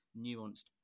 nuanced